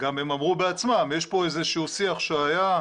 הם גם אמרו בעצמם, יש פה איזה שהוא שיח שהיה,